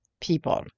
people